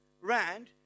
rand